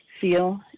feel